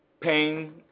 pain